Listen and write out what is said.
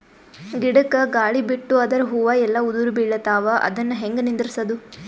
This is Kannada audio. ಗಿಡಕ, ಗಾಳಿ ಬಿಟ್ಟು ಅದರ ಹೂವ ಎಲ್ಲಾ ಉದುರಿಬೀಳತಾವ, ಅದನ್ ಹೆಂಗ ನಿಂದರಸದು?